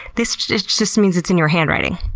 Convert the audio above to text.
this just just means it's in your handwriting.